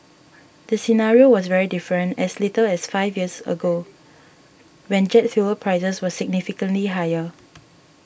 the scenario was very different as little as five years ago when jet fuel prices were significantly higher